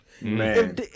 Man